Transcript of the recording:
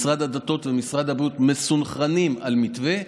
משרד הדתות ומשרד הבריאות מסונכרנים על מתווה.